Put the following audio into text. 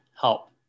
help